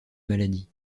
maladie